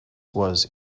was